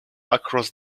across